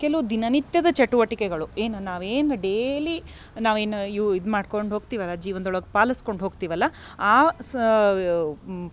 ಕೆಲವು ದಿನನಿತ್ಯದ ಚಟುವಟಿಕೆಗಳು ಏನು ನಾವೇನು ಡೇಲಿ ನಾವಿನ್ನು ಯು ಇದು ಮಾಡ್ಕೊಂಡು ಹೋಗ್ತಿವಲ್ಲ ಜೀವನ್ದೊಳಗ ಪಾಲಿಸ್ಕೊಂಡು ಹೋಗ್ತಿವಲ್ಲ ಆ ಸಾ